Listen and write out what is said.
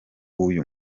w’uyu